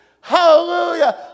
Hallelujah